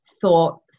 thought